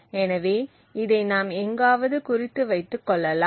எனவே இதை நாம் எங்காவது குறித்து வைத்துக் கொள்ளலாம்